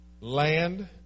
land